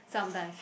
sometimes